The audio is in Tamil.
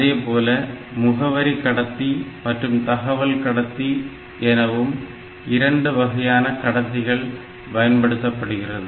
அதேபோல முகவரி கடத்தி மற்றும் தகவல் கடத்தி எனவும் இரண்டு வகையான கடத்திகள் பயன்படுத்தப்படுகிறது